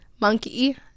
monkey